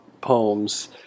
poems